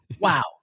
Wow